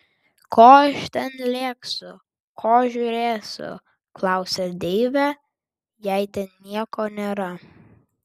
ko aš ten lėksiu ko žiūrėsiu klausia deivė jei ten nieko nėra